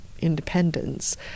independence